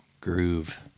Groove